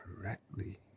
correctly